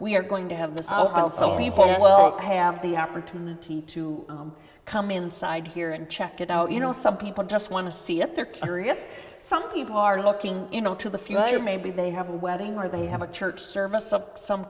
we are going to have this aisle so people well have the opportunity to come inside here and check it out you know some people just want to see it they're curious some people are looking into the future maybe they have a wedding or they have a church service of some